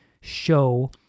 show